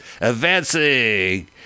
advancing